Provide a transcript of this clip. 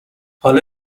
حالا